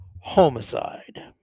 homicide